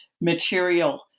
material